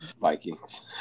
vikings